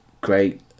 great